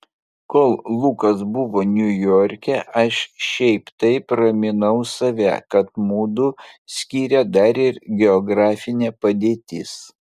kol lukas buvo niujorke aš šiaip taip raminau save kad mudu skiria dar ir geografinė padėtis